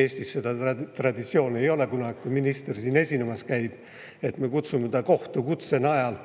Eestis seda traditsiooni ei ole, kui minister siin esinemas käib, et me kutsume ta kohtukutse najal